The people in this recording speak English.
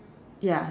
ya